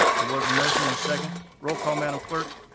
there was a motion and second. roll call, madam clerk?